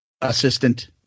assistant